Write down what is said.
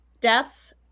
deaths